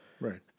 Right